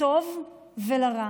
לטוב או לרע.